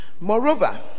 moreover